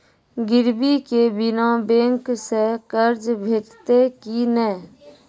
गिरवी के बिना बैंक सऽ कर्ज भेटतै की नै?